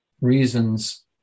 reasons